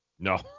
No